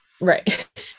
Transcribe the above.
Right